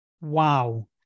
wow